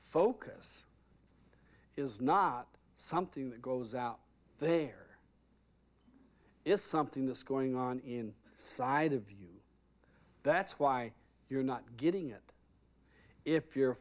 focus is not something that goes out there is something that's going on in side of you that's why you're not getting it if you're